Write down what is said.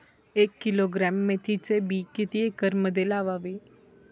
एक किलोग्रॅम मेथीचे बी किती एकरमध्ये लावावे?